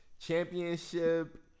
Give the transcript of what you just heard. Championship